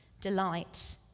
delight